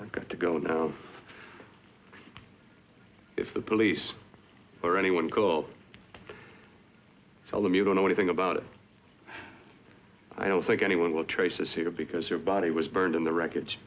i've got to go now if the police or anyone call tell them you don't know anything about it i don't think anyone will trace this here because your body was burned in the wrec